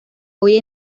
hoy